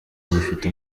gifite